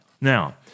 Now